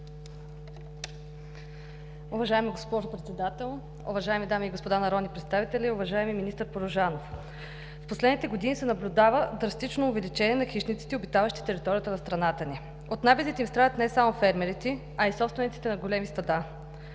Уважаема госпожо Председател, уважаеми дами и господа народни представители! Уважаеми министър Порожанов, в последните години се наблюдава драстично увеличение на хищниците, обитаващи територията на страната ни, и набезите им в страната ни – не само фермерите, а и собствениците на големи стада.